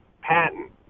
patent